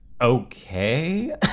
Okay